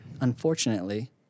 unfortunately